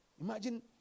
Imagine